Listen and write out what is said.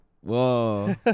Whoa